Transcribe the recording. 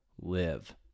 live